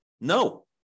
No